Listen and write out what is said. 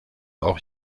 auch